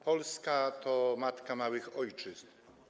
Polska to matka małych ojczyzn.